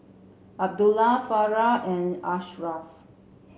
Abdullah Farah and Ashraf